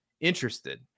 interested